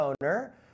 owner